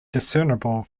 discernible